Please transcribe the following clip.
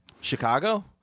Chicago